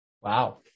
Wow